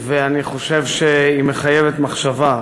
ואני חושב שהיא מחייבת מחשבה.